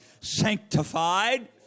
sanctified